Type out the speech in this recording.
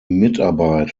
mitarbeit